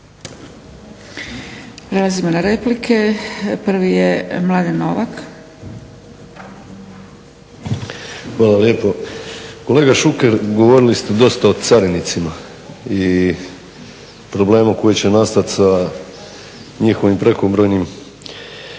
(Hrvatski laburisti - Stranka rada)** Hvala lijepo. Kolega Šuker, govorili ste dosta o carinicima i problemu koji će nastati sa njihovim prekobrojnim, sa